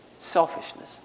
Selfishness